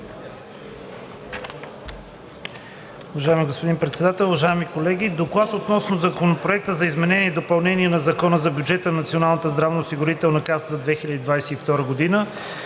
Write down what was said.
Уважаеми господин Председател, уважаеми колеги! „ДОКЛАД относно Законопроект за изменение и допълнение на Закона за бюджета на Националната здравноосигурителна каса за 2022 г.,